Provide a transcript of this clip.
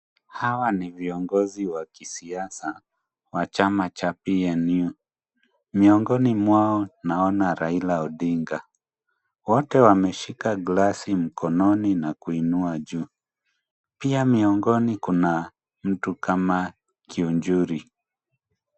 Hawa ni viongozi wa kisiasa wa chama cha PNU. Miongoni mwao naona Raila Odinga. Wote wameshika glasi mkononi na kuinua juu. Pia miongoni kuna mtu kama Kiunjuri.